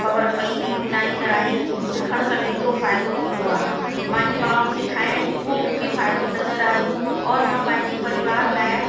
ख़बर पेई कि बुनाई कढ़ाई सिखण सां केतिरो फ़ाइदो थींदो आहे मांजी माउ सिखारियई उहो मूंखे फ़ाइदो नज़र आहियो और मां पंहिंजे परिवार लाइ